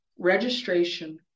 Registration